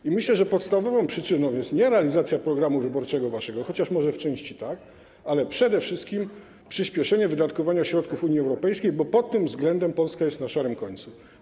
I myślę, że podstawową przyczyną jest nie realizacja waszego programu wyborczego, chociaż może w części tak, ale przede wszystkim przyspieszenie wydatkowania środków Unii Europejskiej, bo pod tym względem Polska jest na szarym końcu.